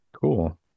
Cool